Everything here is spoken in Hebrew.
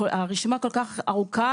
הרשימה כל כך ארוכה,